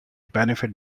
benefit